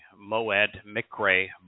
Moed-Mikre